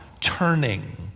turning